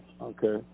Okay